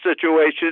situations